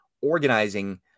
organizing